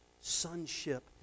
sonship